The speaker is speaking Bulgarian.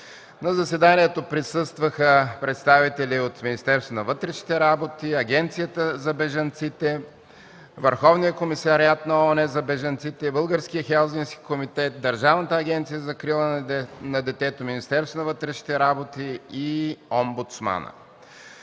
На заседанието присъстваха представители от Министерството на вътрешните работи, Агенцията за бежанците, Върховния комисариат на ООН за бежанците, Българския хелзински комитет, Държавната агенция за закрила на детето, Министерството на вътрешните работи и Омбудсмана.